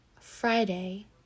friday